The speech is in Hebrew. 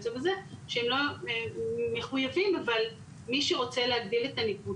הם מחויבים אבל מי שרוצה להגדיל את הניקוד